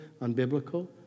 unbiblical